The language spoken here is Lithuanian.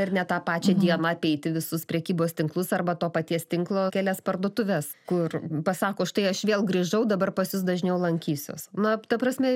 ir ne tą pačią dieną apeiti visus prekybos tinklus arba to paties tinklo kelias parduotuves kur pasako štai aš vėl grįžau dabar pas jus dažniau lankysiuos na ta prasme